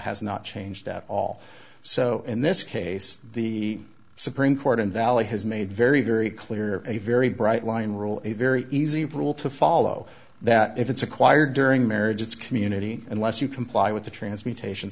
has not changed at all so in this case the supreme court in valley has made very very clear a very bright line rule a very easy for all to follow that if it's acquired during marriage it's community unless you comply with the transmutation